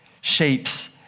shapes